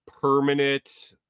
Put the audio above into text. permanent